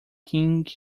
king